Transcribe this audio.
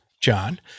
John